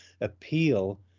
appeal